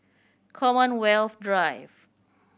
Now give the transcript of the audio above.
Commonwealth Drive